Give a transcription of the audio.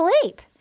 sleep